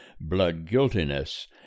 blood-guiltiness